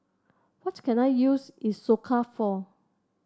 what can I use Isocal for